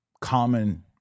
common